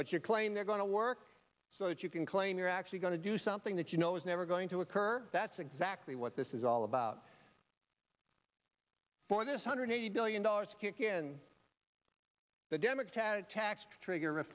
but your claim they're going to work so that you can claim you're actually going to do something that you know is never going to occur that's exactly what this is all about for this hundred eighty billion dollars kick in the democratic tax trigger